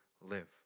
live